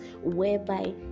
whereby